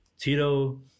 Tito